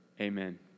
Amen